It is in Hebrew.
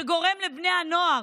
שגורמות לבני הנוער,